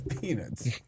peanuts